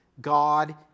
God